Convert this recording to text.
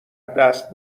دست